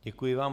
Děkuji vám.